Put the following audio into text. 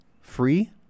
free